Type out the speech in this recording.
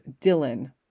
Dylan